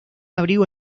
abrigo